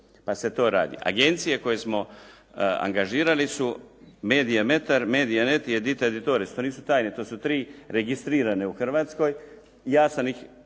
pa se to radi. Agencije koje smo angažirali su Media metar, Media net i Edita editoris. To nisu tajne. To su tri registrirane u Hrvatskoj. Ja sam ih